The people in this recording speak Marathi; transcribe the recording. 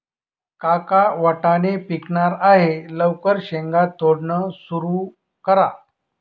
काका वाटाणे पिकणार आहे लवकर शेंगा तोडणं सुरू करा